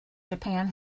japan